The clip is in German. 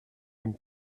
ein